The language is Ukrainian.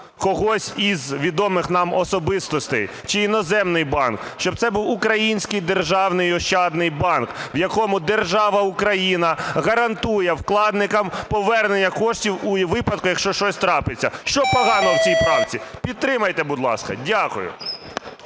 когось із відомих нам особистостей чи іноземний банк, щоб це був український "Державний ощадний банк", в якому держава Україна гарантує вкладникам повернення коштів у випадку, якщо щось трапиться. Що поганого в цій правці? Підтримайте, будь ласка. Дякую.